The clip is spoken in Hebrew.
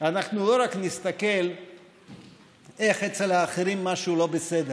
אנחנו לא רק נסתכל איך אצל האחרים משהו לא בסדר,